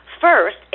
First